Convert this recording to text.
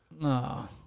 No